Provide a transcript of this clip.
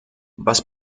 was